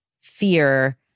fear